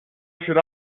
should